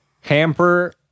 Hamper